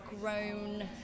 grown